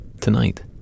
Tonight